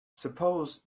suppose